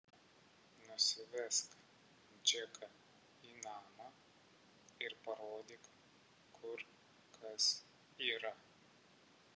nusivesk džeką į namą ir parodyk kur kas yra